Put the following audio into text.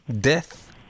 death